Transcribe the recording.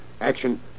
Action